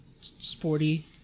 sporty